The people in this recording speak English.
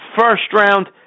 first-round